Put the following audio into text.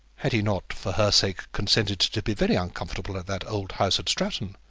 had he not for her sake consented to be very uncomfortable at that old house at stratton?